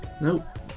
Nope